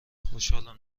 خوشحالم